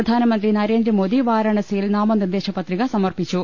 പ്രധാനമന്ത്രി നരേന്ദ്രമോദി വാര്ാണസിയിൽ നാമനിർദേശ പത്രിക സമർപ്പിച്ചു